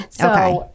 Okay